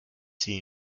sie